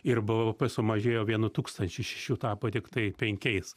ir b sumažėjo vienu tūkstančiu iš šešių tapo tiktai penkiais